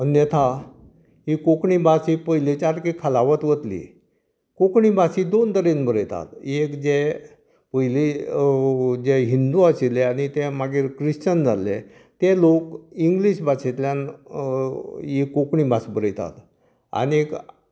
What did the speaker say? अन्यथा ही कोंकणी भास एक पयलीच्याकय खालावत वतली कोंकणी भास ही दोन तरेन बरयता एक जे पयली जे हिंदू आशिल्ले आनी ते मागीर क्रिश्चन जाल्ले ते लोक इंग्लीश भाशेंतल्यान ही कोंकणी भास बरयतात आनीक